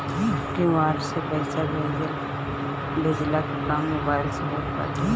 QR code से पईसा भेजला के काम मोबाइल से होत बाटे